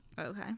Okay